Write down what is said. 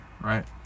right